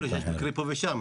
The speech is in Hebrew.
יכול להיות שיש מקרים פה ושם.